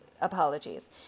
apologies